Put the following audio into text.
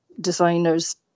designers